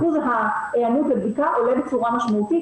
אחוז ההיענות לבדיקה עולה בצורה משמעותית,